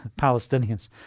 Palestinians